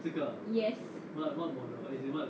yes